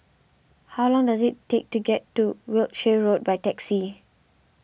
how long does it take to get to Wiltshire Road by taxi